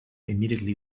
immediately